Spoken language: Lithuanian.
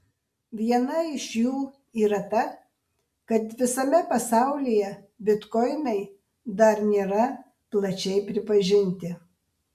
viena iš jų yra ta kad visame pasaulyje bitkoinai dar nėra plačiai pripažinti